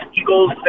Eagles